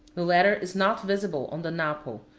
the latter is not visible on the napo,